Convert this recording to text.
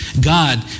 God